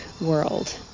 world